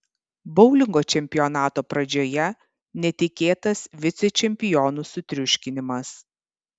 boulingo čempionato pradžioje netikėtas vicečempionų sutriuškinimas